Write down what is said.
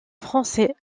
français